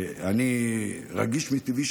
אני רגיש מטבעי,